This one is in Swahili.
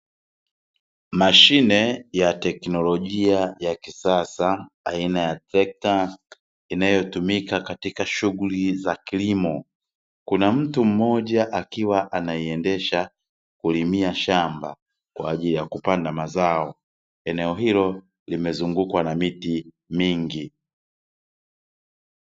Mashine ya teknolojia ya kisasa aina ya trekta inayotumika katika shughuli za kilimo, kuna mtu mmoja akiwa anaiendesha kulimia shamba kwa ajili ya kupanda mazao eneo hilo limezungukwa na miti mingi.